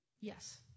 Yes